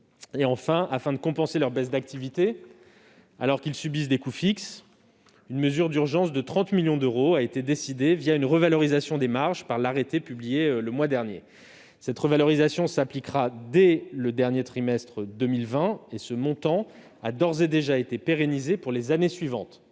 et officines. Afin de compenser leur baisse d'activité alors qu'ils subissent des coûts fixes, une mesure d'urgence de 30 millions d'euros a en outre été décidée, une revalorisation des marges, dans l'arrêté publié le mois dernier. Cette revalorisation s'appliquera dès le dernier trimestre de 2020. Ce montant a d'ores et déjà été pérennisé pour les années suivantes.